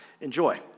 enjoy